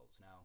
Now